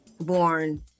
born